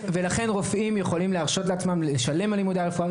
רופאים יכולים להרשות לעצמם לשלם על לימודי הרפואה.